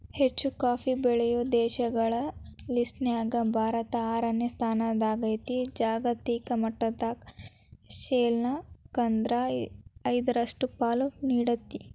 ಹೆಚ್ಚುಕಾಫಿ ಬೆಳೆಯೋ ದೇಶಗಳ ಲಿಸ್ಟನ್ಯಾಗ ಭಾರತ ಆರನೇ ಸ್ಥಾನದಾಗೇತಿ, ಜಾಗತಿಕ ಮಟ್ಟದಾಗ ಶೇನಾಲ್ಕ್ರಿಂದ ಐದರಷ್ಟು ಪಾಲು ನೇಡ್ತೇತಿ